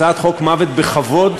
הצעת חוק מוות בכבוד,